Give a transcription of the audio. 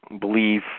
believe